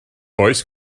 oes